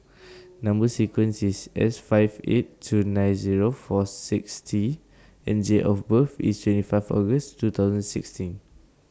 Number sequence IS S five eight two nine Zero four six T and Date of birth IS twenty five August two thousand sixteen